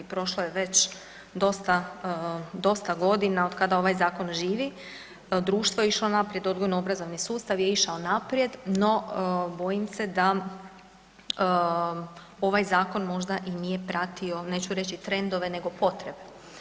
Prošlo je već dosta, dosta godina od kada ovaj zakon živi, društvo je išlo naprijed, odgojno obrazovni sustav je išao naprijed no bojim se da ovaj zakon možda i nije pratio, neću reći trendove, nego potrebe.